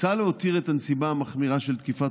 מוצע להותיר את הנסיבה המחמירה של תקיפת